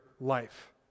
life